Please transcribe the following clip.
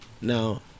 No